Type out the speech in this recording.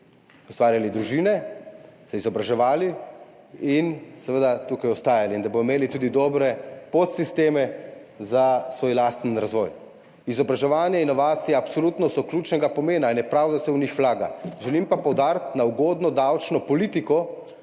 ustvarjali družine, se izobraževali in seveda tukaj ostajali in da bodo imeli tudi dobre podsisteme za svoj lasten razvoj. Izobraževanje in inovacije so absolutno ključnega pomena in je prav, da se v njih vlaga. Želim pa poudariti ugodno davčno politiko